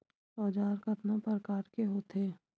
औजार कतना प्रकार के होथे?